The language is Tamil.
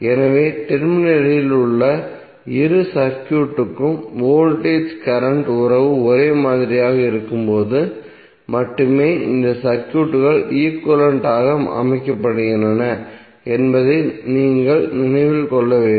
எனவே டெர்மினலில் உள்ள இரு சர்க்யூட்க்கும் வோல்டேஜ் கரண்ட் உறவு ஒரே மாதிரியாக இருக்கும்போது மட்டுமே இந்த சர்க்யூட்கள் ஈக்விவலெண்ட் ஆக அமைக்கப்படுகின்றன என்பதை நீங்கள் நினைவில் கொள்ள வேண்டும்